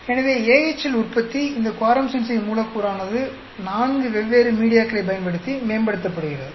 எனவே AHL உற்பத்தி இந்த கோரம் சென்சிங் மூலக்கூறானது நான்கு வெவ்வேறு மீடியாக்களைப் பயன்படுத்தி மேம்படுத்தப்படுகிறது